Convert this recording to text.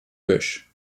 bösch